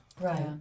Right